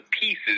pieces